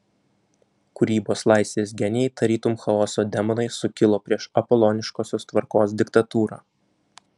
kūrybos laisvės genijai tarytum chaoso demonai sukilo prieš apoloniškosios tvarkos diktatūrą